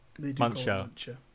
Muncher